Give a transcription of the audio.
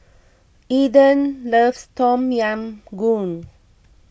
Eden loves Tom Yam Goong